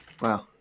Wow